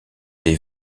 des